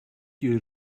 you